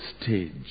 stage